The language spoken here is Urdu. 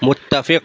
متفق